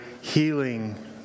healing